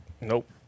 nope